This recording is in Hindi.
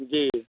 जी